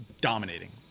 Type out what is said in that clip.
dominating